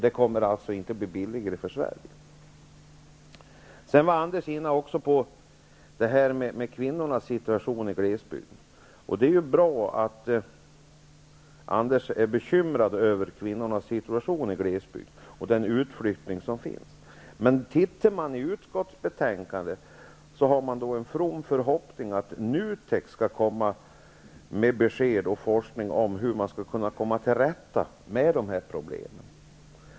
Det kommer inte att bli billigare för Anders G Högmark var också inne på situationen för kvinnorna i glesbygden. Det är bra att han är bekymrad över kvinnornas situation i glesbygd och den utflyttning som förekommer. I utskottsbetänkandet framförs en from förhoppning att NUTEK skall komma med besked och forskning om hur man skall kunna komma till rätta med dessa problem.